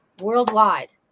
worldwide